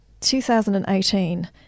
2018